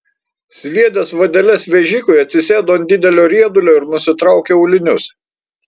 sviedęs vadeles vežikui atsisėdo ant didelio riedulio ir nusitraukė aulinius